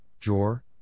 Jor